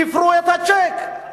תפרעו את הצ'ק,